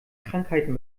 krankheiten